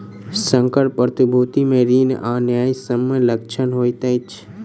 संकर प्रतिभूति मे ऋण आ न्यायसम्य लक्षण होइत अछि